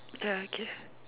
ah okay